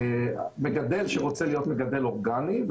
מגדל שרוצה להיות מגדל אורגני,